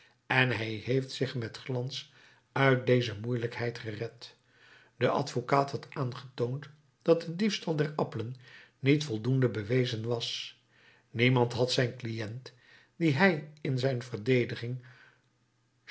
en hij heeft zich met glans uit deze moeielijkheid gered de advocaat had aangetoond dat de diefstal der appelen niet voldoende bewezen was niemand had zijn cliënt dien hij in zijn verdediging